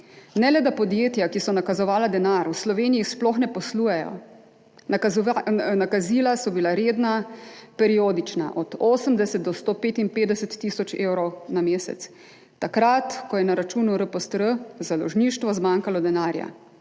Ne le, da podjetja, ki so nakazovala denar, v Sloveniji sploh ne poslujejo, nakazila so bila redna, periodična, od 80 do 155 tisoč evrov na mesec, takrat, ko je na računu R-POST-R založništvo zmanjkalo denarja.